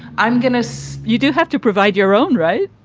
i'm going to say you do have to provide your own right.